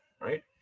right